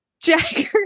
jagger